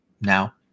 Now